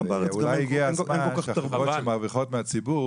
אולי הגיע הזמן שחברות שמרוויחות מהציבור